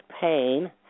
pain